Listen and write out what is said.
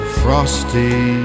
frosty